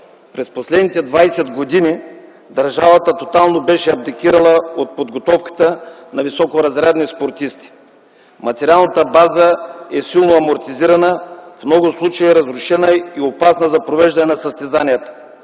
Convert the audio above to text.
През последните 20 години държавата тотално беше абдикирала от подготовката на високоразрядни спортисти. Материалната база е силно амортизирана, в много случаи разрушена и опасна за провеждане на състезанията.